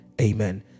Amen